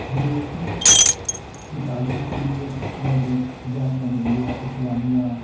graduation کی تعلیم کے لیے میں نے جامعہ ملیہ اسلامیہ